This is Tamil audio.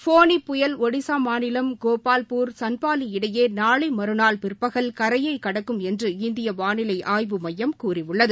ஃபோனி புயல் ஒடிசா மாநிலம் கோபால்பூர் சன்பாலி இடையே நாளை மறுநாள் பிற்பகல் கரையைக் கடக்கும் என்று இந்திய வானிலை ஆய்வு மையம் கூறியுள்ளது